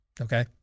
Okay